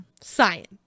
Science